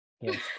Yes